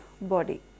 body